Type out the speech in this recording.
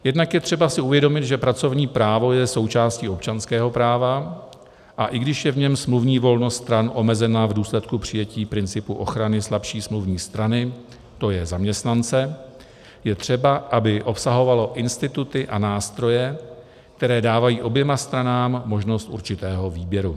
Jednak je třeba si uvědomit, že pracovní právo je součástí občanského práva, a i když je v něm smluvní volnost stran omezena v důsledku přijetí principu ochrany slabší smluvní strany, tj. zaměstnance, je třeba, aby obsahovalo instituty a nástroje, které dávají oběma stranám možnost určitého výběru.